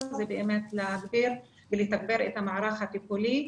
זה באמת להגביר ולתגבר את המערך הטיפולי